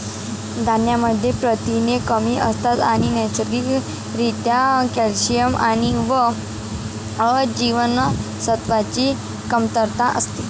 धान्यांमध्ये प्रथिने कमी असतात आणि नैसर्गिक रित्या कॅल्शियम आणि अ जीवनसत्वाची कमतरता असते